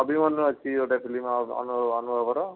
ଅଭିମନ୍ୟୁ ଅଛି ଗୋଟେ ଫିଲ୍ମ ଅନୁଭବ ଅନୁଭବର